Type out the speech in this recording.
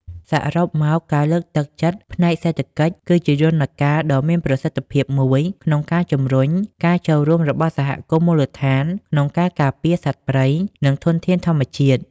សរុបមក ការលើកទឹកចិត្តផ្នែកសេដ្ឋកិច្ចគឺជាយន្តការដ៏មានប្រសិទ្ធភាពមួយក្នុងការជំរុញការចូលរួមរបស់សហគមន៍មូលដ្ឋានក្នុងការការពារសត្វព្រៃ និងធនធានធម្មជាតិ។